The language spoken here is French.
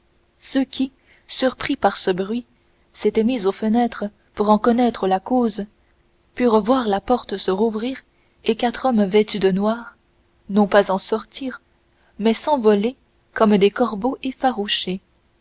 ceux qui surpris par ce bruit s'étaient mis aux fenêtres pour en connaître la cause purent voir la porte se rouvrir et quatre hommes vêtus de noir non pas en sortir mais s'envoler comme des corbeaux effarouchés